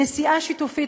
נסיעה שיתופית,